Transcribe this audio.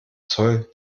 zoll